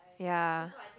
ya